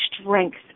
strength